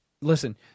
listen